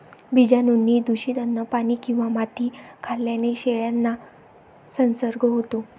बीजाणूंनी दूषित अन्न, पाणी किंवा माती खाल्ल्याने शेळ्यांना संसर्ग होतो